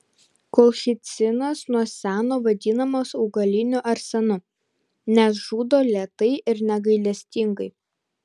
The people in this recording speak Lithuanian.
kolchicinas nuo seno vadinamas augaliniu arsenu nes žudo lėtai ir negailestingai